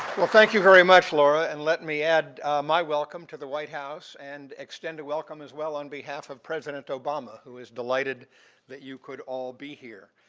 well, thank you very much, laura, and let me add my welcome to the white house and extend a welcome, as well, on behalf of president obama, who is delighted that you could all be here.